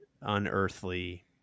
unearthly